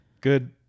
good